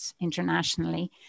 internationally